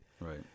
right